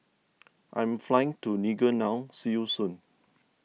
I'm flying to Niger now See you soon